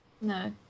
No